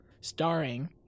starring